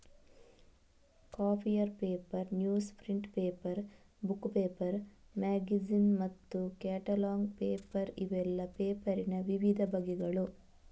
copier paper, newsprint paper, book paper, magazine ಮತ್ತು catalogue paper ಇವೆಲ್ಲ ಪೇಪರಿನ ವಿವಿಧ ಬಗೆಗಳು